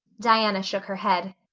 diana shook her head.